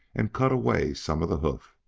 and cut away some of the hoof.